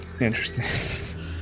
Interesting